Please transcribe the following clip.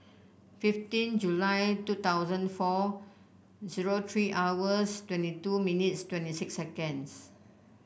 fifteen July two thousand four zero three hours twenty two minutes twenty six seconds